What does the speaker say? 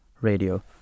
Radio